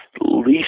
least